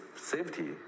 safety